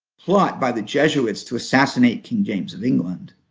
plot by the jesuits to assassinate king james of england.